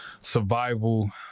survival